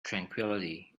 tranquillity